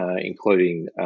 including